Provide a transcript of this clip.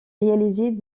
réaliser